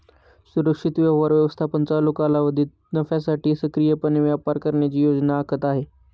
सुरक्षित व्यवहार व्यवस्थापन चालू कालावधीत नफ्यासाठी सक्रियपणे व्यापार करण्याची योजना आखत आहे